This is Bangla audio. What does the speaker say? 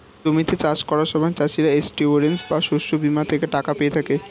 জমিতে চাষ করার সময় চাষিরা ইন্সিওরেন্স বা শস্য বীমা থেকে টাকা পেয়ে থাকে